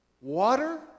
Water